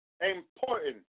important